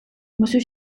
monsieur